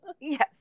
yes